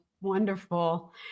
wonderful